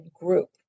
group